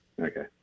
Okay